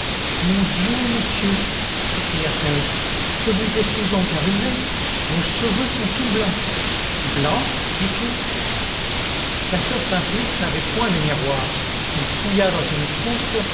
mon dieu monsieur s'écria-t-elle que vous est-il donc arrivé vos cheveux sont tout blancs blancs dit-il la soeur simplice n'avait point de miroir elle fouilla dans une trousse